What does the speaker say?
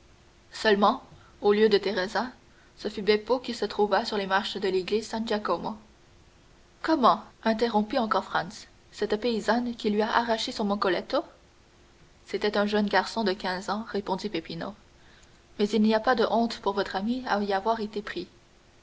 seulement au lieu de teresa ce fut beppo qui se trouva sur les marches de l'église san giacomo comment interrompit encore franz cette paysanne qui lui a arraché son moccoletto c'était un jeune garçon de quinze ans répondit peppino mais il n'y a pas de honte pour votre ami à y avoir été pris